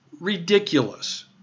ridiculous